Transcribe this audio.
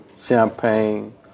Champagne